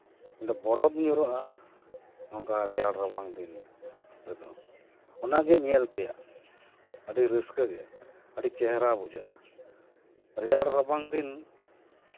ᱩᱱ ᱫᱚ ᱵᱚᱨᱚᱯᱷ ᱧᱩᱨᱦᱩᱜᱼᱟ ᱱᱚᱝᱠᱟ ᱨᱮᱭᱟᱲ ᱨᱟᱵᱟᱝ ᱫᱤᱱ ᱨᱮᱫᱚ ᱚᱱᱟᱜᱮ ᱧᱮᱞ ᱛᱮᱭᱟᱜ ᱟᱹᱰᱤ ᱨᱟᱹᱥᱠᱟᱹ ᱜᱮ ᱟᱹᱰᱤ ᱪᱮᱦᱨᱟ ᱵᱩᱡᱷᱟᱹᱜᱼᱟ ᱨᱮᱭᱟᱲ ᱨᱟᱵᱟᱝ ᱫᱤᱱ